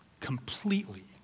completely